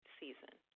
season